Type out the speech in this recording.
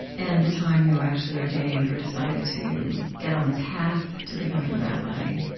and the time you were actually ordained, or decided to get on the path to becoming a rabbi,